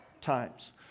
times